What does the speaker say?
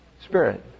Spirit